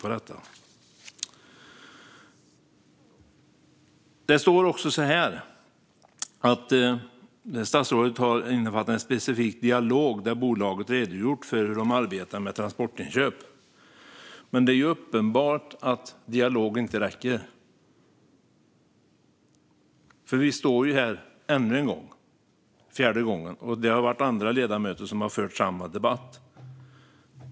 Statsrådet sa också att det har varit fråga om en specifik dialog där bolaget redogjort för hur de arbetar med transportinköp. Men det är uppenbart att dialog inte räcker. Vi står ju här för fjärde gången, och andra ledamöter har fört samma debatt.